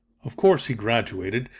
of course he graduated,